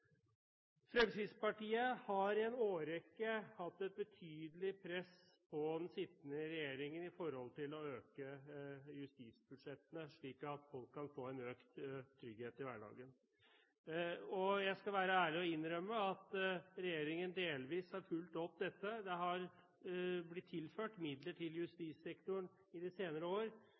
Fremskrittspartiet har i en årrekke hatt et betydelig press på den sittende regjeringen for å øke justisbudsjettene slik at folk kan få en økt trygghet i hverdagen. Jeg skal være ærlig og innrømme at regjeringen delvis har fulgt opp dette. Det har blitt tilført midler til justissektoren i de senere år,